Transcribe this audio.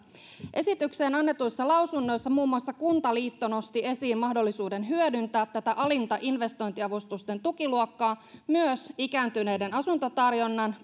esitykseen annetuissa lausunnoissa muun muassa kuntaliitto nosti esiin mahdollisuuden hyödyntää tätä alinta investointiavustusten tukiluokkaa myös ikääntyneiden asuntotarjonnan